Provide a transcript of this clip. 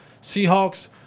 Seahawks